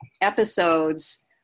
episodes